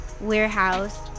warehouse